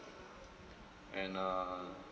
and err